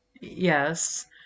Yes